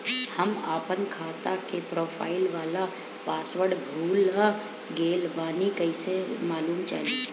हम आपन खाता के प्रोफाइल वाला पासवर्ड भुला गेल बानी कइसे मालूम चली?